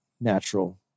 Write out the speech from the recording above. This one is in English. natural